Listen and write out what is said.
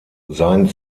sein